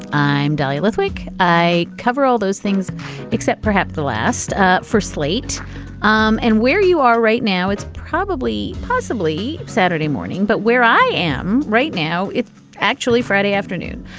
i'm dahlia lithwick. i cover all those things except perhaps the last ah for slate um and where you are right now it's probably possibly saturday morning. but where i am right now, it's actually friday afternoon.